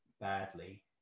badly